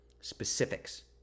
Specifics